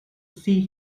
see